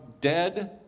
dead